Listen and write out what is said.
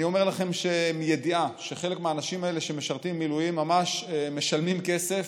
אני אומר לכם מידיעה שחלק מהאנשים האלה שמשרתים מילואים ממש משלמים כסף,